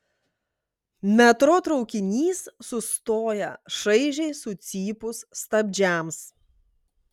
metro traukinys sustoja šaižiai sucypus stabdžiams